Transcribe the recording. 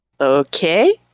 Okay